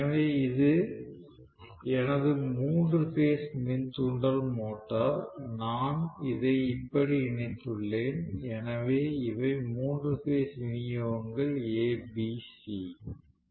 எனவே இது எனது மூன்று பேஸ் மின் தூண்டல் மோட்டார் நான் இதை இப்படி இணைத்துள்ளேன் எனவே இவை மூன்று பேஸ் விநியோகங்கள் A B C